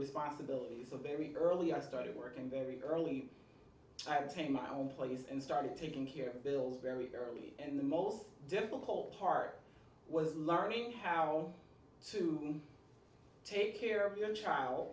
responsibilities are very early i started working very early i pay my own place and started taking care of bills very early and the most difficult part was learning how to take care of your child